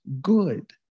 good